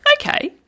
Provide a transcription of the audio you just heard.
okay